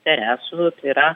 interesų yra